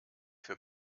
für